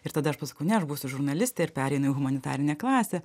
ir tada aš pasakau ne aš būsiu žurnalistė ir pereinu į humanitarinę klasę